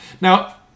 Now